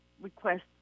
request